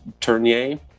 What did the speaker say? Turnier